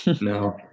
no